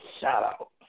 shout-out